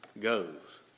goes